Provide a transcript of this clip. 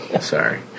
sorry